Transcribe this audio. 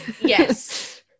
Yes